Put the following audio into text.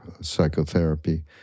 Psychotherapy